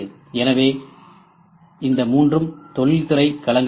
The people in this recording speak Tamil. எனவே இந்த மூன்றும் தொழில்துறை களங்கள் ஆகும்